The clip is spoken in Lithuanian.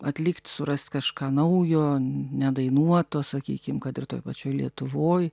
atlikt surast kažką naujo nedainuoto sakykim kad ir toj pačioj lietuvoj